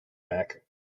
back